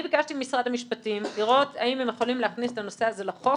אני ביקשתי ממשרד המשפטים לראות האם הם יכולים להכניס את הנושא לחוק,